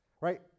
right